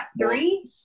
three